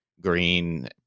green